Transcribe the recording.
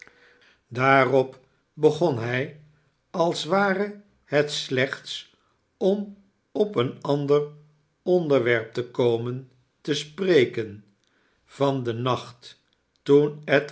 daarop begon hij als ware het slechts om op een ander onderwerp te komen te spreken van den nacht toen